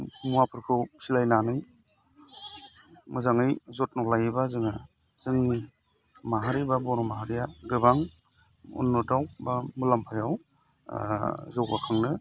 मुवाफोरखौ फिसिलायनानै मोजाङै जोथोन लायोबा जोङो जोंनि माहारि बा बर' माहारिया गोबां उन्न'थिआव बा मुलाम्फायाव जौगाखांनो जों हागोन